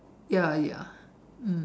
ya ya